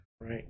right